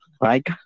right